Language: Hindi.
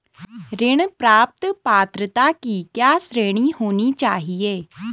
ऋण प्राप्त पात्रता की क्या श्रेणी होनी चाहिए?